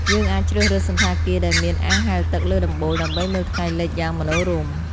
យើងអាចជ្រើសរើសសណ្ឋាគារដែលមានអាងហែលទឹកលើដំបូលដើម្បីមើលថ្ងៃលិចយ៉ាងមនោរម្យ។